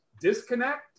disconnect